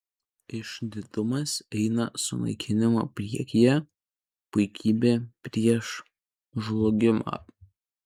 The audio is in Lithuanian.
išdidumas eina sunaikinimo priekyje puikybė prieš žlugimą